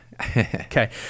Okay